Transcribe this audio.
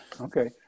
Okay